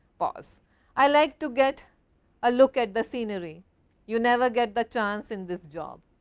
pause i like to get a look at the scenery you never get the chance in this job.